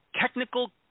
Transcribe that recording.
technical